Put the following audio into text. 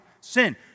Sin